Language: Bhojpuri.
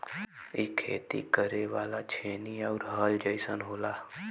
इ खेती करे वाला छेनी आउर हल जइसन होला